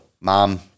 mom